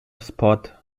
spot